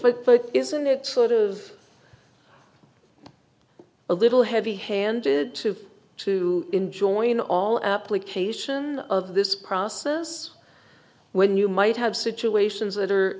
way but isn't it sort of a little heavy handed to to enjoin all application of this process when you might have situations that